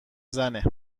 زنه